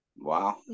Wow